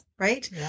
Right